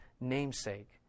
namesake